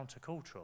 countercultural